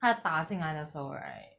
他要打进来的时候 right